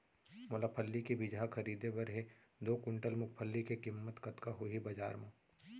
मोला फल्ली के बीजहा खरीदे बर हे दो कुंटल मूंगफली के किम्मत कतका होही बजार म?